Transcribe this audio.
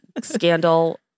scandal